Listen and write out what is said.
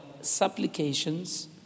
supplications